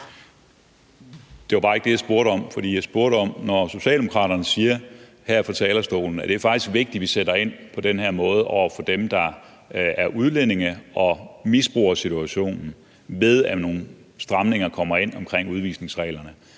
Det var bare ikke det, jeg spurgte om, for jeg spurgte til det, at Socialdemokraterne her fra talerstolen siger, at det faktisk er vigtigt, at vi sætter ind på den her måde over for dem, der er udlændinge og misbruger situationen, ved at der kommer nogle stramninger ind omkring udvisningsreglerne.